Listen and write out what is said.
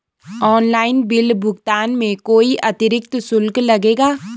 Online bill भुगतान में कोई अतिरिक्त शुल्क लगेगा?